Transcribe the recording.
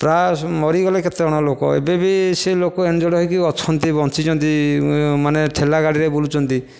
ପ୍ରାୟ ମରିଗଲେ କେତେ ଜଣ ଲୋକ ଏବେ ବି ସେ ଲୋକ ଇନ୍ଜୋର୍ଡ୍ ହୋଇକି ଅଛନ୍ତି ବଞ୍ଚିଛନ୍ତି ମାନେ ଠେଲା ଗାଡ଼ିରେ ବୁଲୁଛନ୍ତି